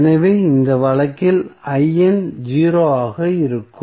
எனவே இந்த வழக்கில் 0 ஆக இருக்கும்